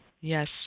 Yes